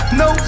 no